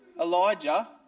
Elijah